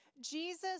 Jesus